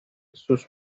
sus